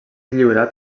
lliurat